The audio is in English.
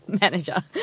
manager